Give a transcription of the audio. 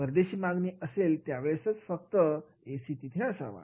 परदेशी मागणी असेल त्या वेळेसच फक्त ऐसी तिथे असावा